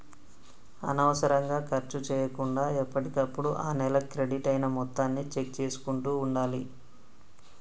అనవసరంగా ఖర్చు చేయకుండా ఎప్పటికప్పుడు ఆ నెల క్రెడిట్ అయిన మొత్తాన్ని చెక్ చేసుకుంటూ ఉండాలి